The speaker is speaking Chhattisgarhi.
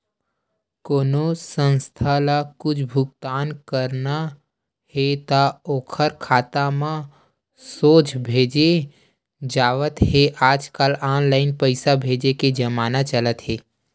कोनो संस्था ल कुछ भुगतान करना हे त ओखर खाता म सोझ भेजे जावत हे आजकल ऑनलाईन पइसा भेजे के जमाना चलत हे